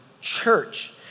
church